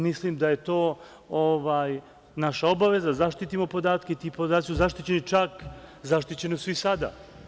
Mislim da je to naša obaveza, da zaštitimo podatke i ti podaci su zaštićeni, zaštićeni su i sada.